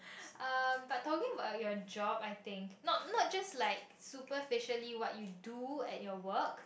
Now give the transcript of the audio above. um but talking about your job I think not not just like superficially what you do at your work